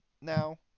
now